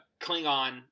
Klingon